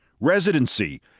residency